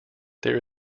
there